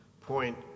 point